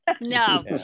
no